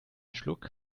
schluck